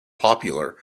popular